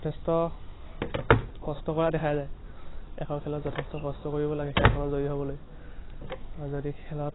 যথেষ্ট কষ্ট কৰা দেখা যায় এখন খেলত যথেষ্ট কষ্ট কৰিব লাগে খেলখনত জয়ী হ'বলৈ আৰু যদি খেলত